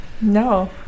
No